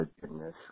goodness